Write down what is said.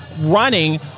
running